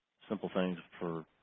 simple things for